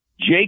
Jake